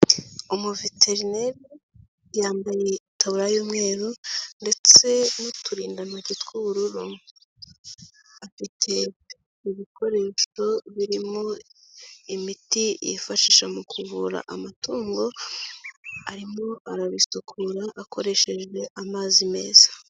Umuviterine yambaye itaburiya y'umweru ndetse n'uturindantoki tw'ubururu, afite ibikoresho birimo imiti yifashisha mu kuvura amatungo, arimo arabisukura akoresheje amazi meza.